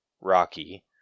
Rocky